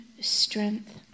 strength